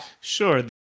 Sure